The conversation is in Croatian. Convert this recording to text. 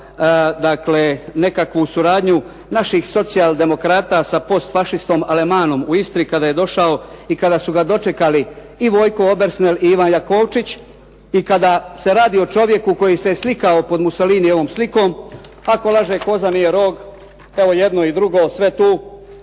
nekakvu suradnju naših socijaldemokrata sa post fašistom Alemanom u Istri kada je došao i kada su ga dočekali i Vojko Obersnel i Ivan Jakovčić i kada se radi o čovjeku koji se slikao pod Mussolinijevom slikom, ako laže koza nije rog, evo jedno i drugo sve tu.